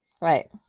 Right